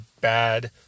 bad